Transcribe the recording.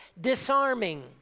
disarming